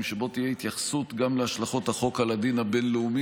ובו תהיה התייחסות גם להשלכות החוק על הדין הבין-לאומי,